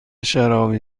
شرابی